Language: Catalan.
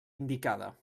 indicada